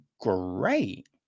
great